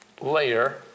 layer